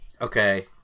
Okay